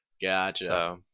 Gotcha